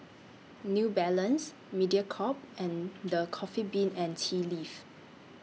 New Balance Mediacorp and The Coffee Bean and Tea Leaf